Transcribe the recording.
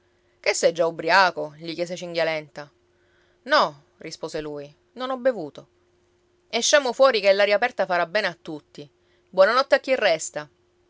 che sei già ubbriaco gli chiese cinghialenta no rispose lui non ho bevuto esciamo fuori che l'aria aperta farà bene a tutti buona notte a chi resta